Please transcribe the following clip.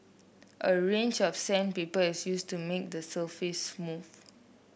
a range of sandpaper is used to make the surface smooth